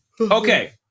Okay